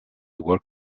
work